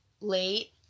late